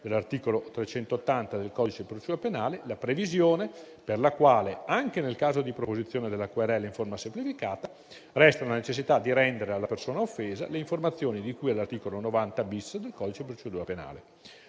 dell'articolo 380 del codice di procedura penale, la previsione per la quale, anche nel caso di proposizione della querela in forma semplificata, resta la necessità di rendere alla persona offesa le informazioni di cui all'articolo 90-*bis* del codice di procedura penale.